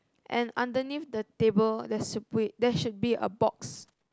and underneath the table there's a wait there should be a box